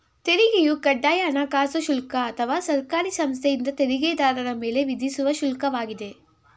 ತೆರಿಗೆಯು ಕಡ್ಡಾಯ ಹಣಕಾಸು ಶುಲ್ಕ ಅಥವಾ ಸರ್ಕಾರಿ ಸಂಸ್ಥೆಯಿಂದ ತೆರಿಗೆದಾರರ ಮೇಲೆ ವಿಧಿಸುವ ಶುಲ್ಕ ವಾಗಿದೆ